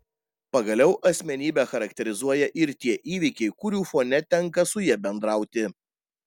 pagaliau asmenybę charakterizuoja ir tie įvykiai kurių fone tenka su ja bendrauti